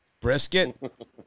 brisket